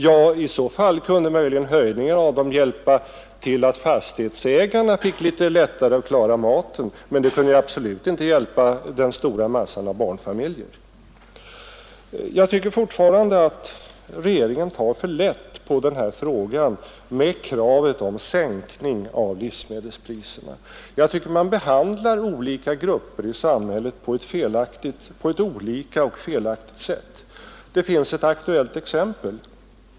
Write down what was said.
Ja, i så fall kunde möjligen höjningen av dem hjälpa till så att fastighetsägarna fick det litet lättare att klara maten, men det kunde absolut inte hjälpa den stora massan av barnfamiljer. Jag tycker fortfarande att regeringen tar för lätt på kravet på en sänkning av livsmedelspriserna. Man behandlar olika grupper i samhället olika på ett felaktigt sätt. Det finns ett aktuellt exempel.